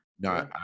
No